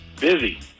Busy